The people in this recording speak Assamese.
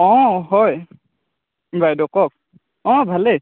অঁ হয় বাইদেউ কওক অঁ ভালেই